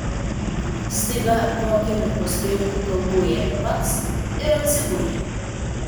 staiga po akimirkos be jokių kalbų ėmė pats ir atsigulė